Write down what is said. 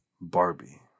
Barbie